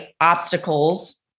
obstacles